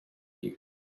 you